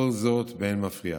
כל זאת, באין מפריע.